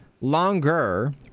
longer